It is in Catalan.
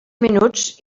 minuts